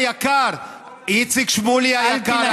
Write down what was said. איציק שמולי היקר,